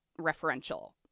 referential